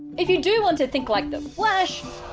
if you do want to think like the flash,